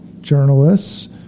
journalists